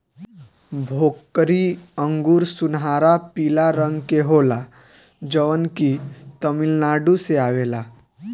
भोकरी अंगूर सुनहरा पीला रंग के होला जवन की तमिलनाडु से आवेला